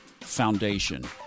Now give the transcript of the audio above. foundation